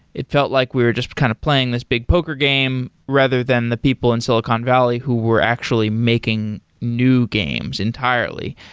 it felt like we were just kind of playing this big poker game rather than the people in silicon valley who were actually making new games entirely.